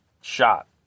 shot